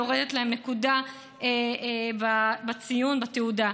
יורדת להם נקודה בציון בתעודה.